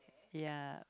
ya